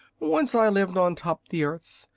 once i lived on top the earth,